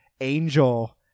angel